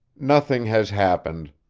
nothing has happened,